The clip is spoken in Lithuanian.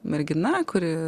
mergina kuri